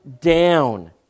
down